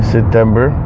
September